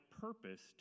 purpose